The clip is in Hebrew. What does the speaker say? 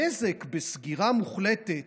הנזק בסגירה מוחלטת